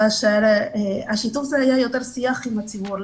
כאשר השיתוף היה יותר שיח עם הציבור,